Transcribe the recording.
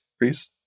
please